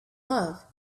love